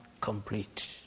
complete